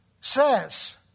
says